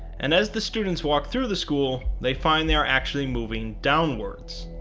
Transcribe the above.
and as the students walk through the school, they find they are actually moving downwards.